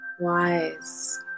wise